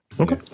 Okay